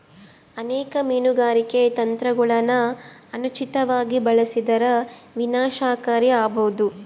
ಅನೇಕ ಮೀನುಗಾರಿಕೆ ತಂತ್ರಗುಳನ ಅನುಚಿತವಾಗಿ ಬಳಸಿದರ ವಿನಾಶಕಾರಿ ಆಬೋದು